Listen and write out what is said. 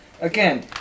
again